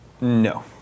No